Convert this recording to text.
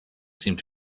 seemed